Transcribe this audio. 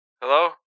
Hello